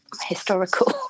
historical